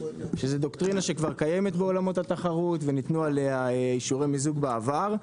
שזה דוקטרינה שכבר קיימת בעולמות התחרות ונתנו עליה אישורי מיזוג בעבר,